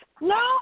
No